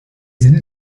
sinn